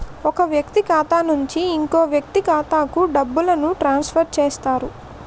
ఒక వ్యక్తి ఖాతా నుంచి ఇంకో వ్యక్తి ఖాతాకు డబ్బులను ట్రాన్స్ఫర్ చేస్తారు